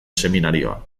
seminarioa